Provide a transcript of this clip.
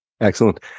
Excellent